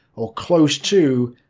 or close to,